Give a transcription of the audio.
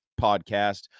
podcast